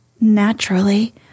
Naturally